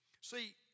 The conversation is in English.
See